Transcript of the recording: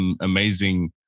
amazing